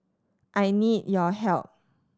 I need your help